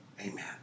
amen